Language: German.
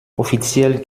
offiziell